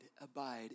abide